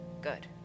good